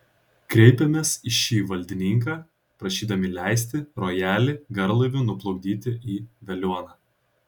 kreipėmės į šį valdininką prašydami leisti rojalį garlaiviu nuplukdyti į veliuoną